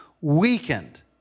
weakened